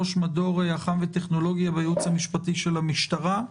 ראש מדור אח"מ וטכנולוגיה בייעוץ המשפטי של המשטרה.